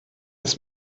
ist